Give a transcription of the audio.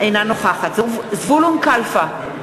אינה נוכחת זבולון קלפה,